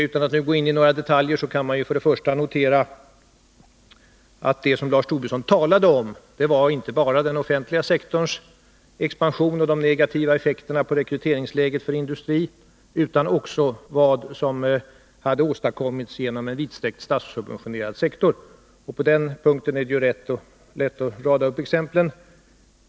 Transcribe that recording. Utan att gå in på några detaljer kan man notera att vad Lars Tobisson talade om var inte bara den offentliga sektorns expansion och de negativa effekterna på industrins rekryteringsläge utan också om vad som hade åstadkommits genom en vidsträckt statssubventionerad sektor. På den punkten är det ju lätt att rada upp exempel.